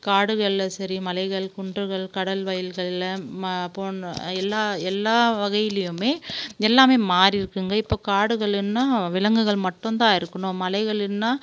காடுகளில் சரி மலைகள் குன்றுகள் கடல் வயல்களில் ம போன் எல்லா எல்லா வகையிலேயுமே எல்லாமே மாறிருக்குங்க இப்போ காடுகளுன்னா விலங்குகள் மட்டுந்தான் இருக்கணும் மலைகளுன்னா